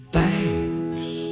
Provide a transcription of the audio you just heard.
Thanks